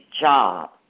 job